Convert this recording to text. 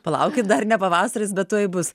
palaukit dar ne pavasaris bet tuoj bus